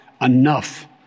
enough